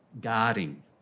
Guarding